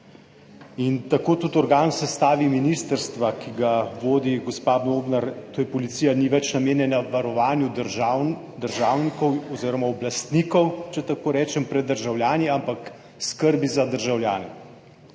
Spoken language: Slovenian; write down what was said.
In tako tudi organ v sestavi ministrstva, ki ga vodi gospa Bobnar, to je policija, ni več namenjena varovanju državnikov oziroma oblastnikov, če tako rečem, pred državljani, ampak skrbi za državljane.